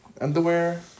Underwear